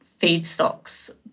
feedstocks